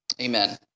amen